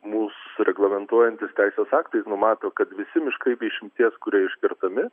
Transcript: mūsų reglamentuojantys teisės aktai numato kad visi miškai be išimties kurie iškertami